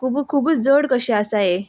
खूब खुबूत जड कशें आसा हे